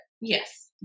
yes